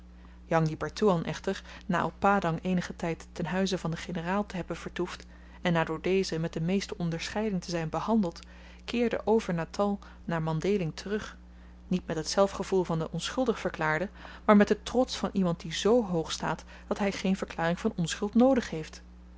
jang di pertoean echter na op padang eenigen tyd ten huize van den generaal te hebben vertoefd en na door dezen met de meeste onderscheiding te zyn behandeld keerde over natal naar mandhéling terug niet met het zelfgevoel van den onschuldigverklaarde maar met den trots van iemand die z hoog staat dat hy geen verklaring van onschuld noodig heeft